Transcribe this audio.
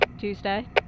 Tuesday